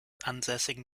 ansässigen